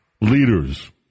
leaders